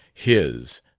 his,